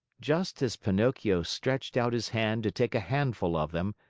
just as pinocchio stretched out his hand to take a handful of them,